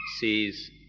sees